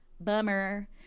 bummer